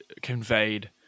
conveyed